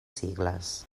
sigles